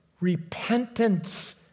repentance